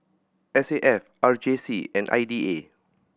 S A F R J C and I D A